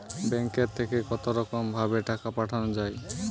ব্যাঙ্কের থেকে কতরকম ভাবে টাকা পাঠানো য়ায়?